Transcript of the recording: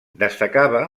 destacava